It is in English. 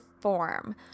form